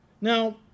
Now